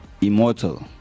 immortal